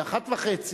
ב-13:30,